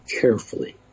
carefully